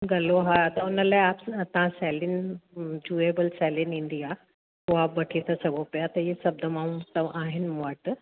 गलो हा हुन लाइ तव्हां सैली चियूबेल सैलीन ईंदी आहे उहा वठी था सघो पिया त इहे सभु दवाऊं आहिनि मूं वटि